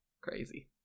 Crazy